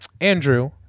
andrew